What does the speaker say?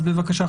בבקשה,